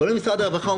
פונים למשרד הרווחה,